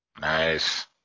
Nice